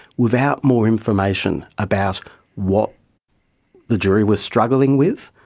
without more information about what the jury was struggling with,